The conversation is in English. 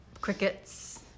crickets